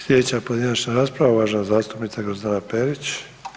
Slijedeća pojedinačna rasprava uvažena zastupnica Grozdana Perić.